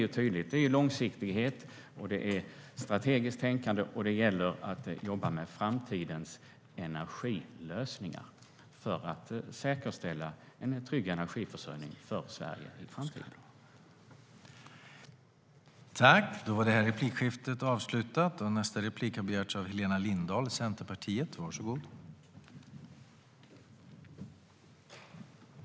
Det handlar om långsiktighet och strategiskt tänkande, och det gäller att jobba med framtidens energilösningar för att säkerställa en trygg energiförsörjning för Sverige i framtiden.